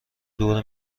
دور